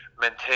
maintain